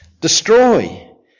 Destroy